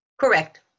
Correct